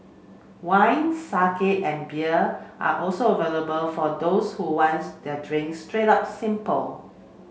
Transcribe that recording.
wine and beer are also available for those who wants their drinks straight up simple